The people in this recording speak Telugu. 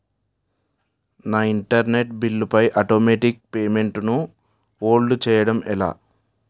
నా ఇంటర్నెట్ బిల్లు పై ఆటోమేటిక్ పేమెంట్ ను హోల్డ్ చేయటం ఎలా?